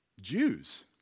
Jews